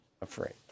afraid